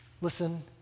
Listen